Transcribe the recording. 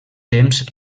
temps